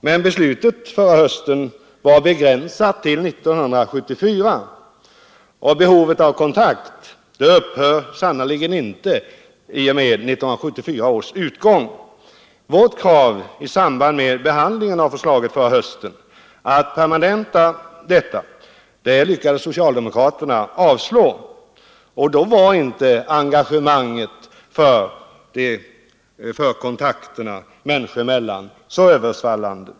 Men beslutet förra hösten var begränsat till 1974, och behovet av kontakt upphör sannerligen inte i och med 1974 års utgång. Vårt krav i samband med behandlingen av förslaget förra hösten var att denna satsning skulle permanentas, men det lyckades socialdemokraterna avslå. Då var inte engagemanget för kontakterna människor emellan så översvallande.